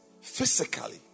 physically